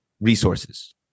resources